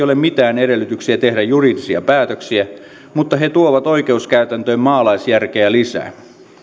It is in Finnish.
ole mitään edellytyksiä tehdä juridisia päätöksiä mutta he tuovat oikeuskäytäntöön maalaisjärkeä lisää